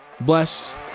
bless